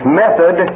method